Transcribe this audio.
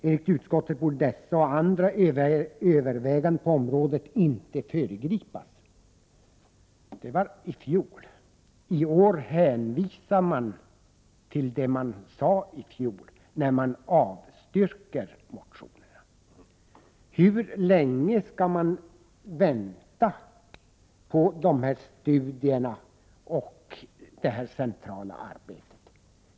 Enligt utskottet borde dessa och andra överväganden på området inte föregripas.” Detta var i fjol. I år hänvisar man till det man sade i fjol när man avstyrker motionerna. Hur länge skall man vänta på studierna och det centrala arbetet?